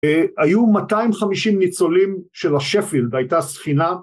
‫היו 250 ניצולים של השפילד, ‫הייתה ספינה